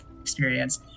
experience